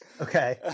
Okay